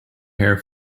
hair